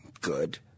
good